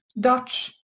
Dutch